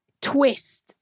twist